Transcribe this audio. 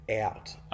out